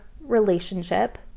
relationship